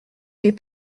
des